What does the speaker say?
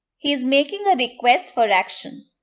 he is making a request for action.